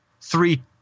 three